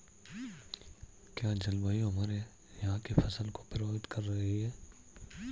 क्या जलवायु हमारे यहाँ की फसल को प्रभावित कर रही है?